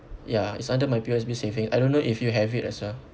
ya it's under my P_O_S_B saving I don't know if you have it as well